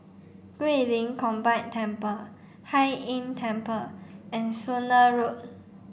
Guilin Combined Temple Hai Inn Temple and Spooner Road